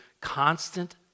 constant